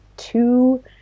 two